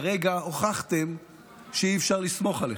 כרגע הוכחתם שאי-אפשר לסמוך עליכם.